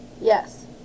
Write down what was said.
yes